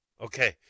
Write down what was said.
Okay